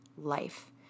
life